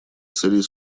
целей